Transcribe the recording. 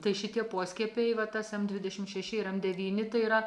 tai šitie poskiepiai va tas em dvidešimt šeši ir em devyni tai yra